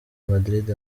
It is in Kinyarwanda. madrid